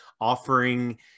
offering